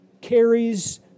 carries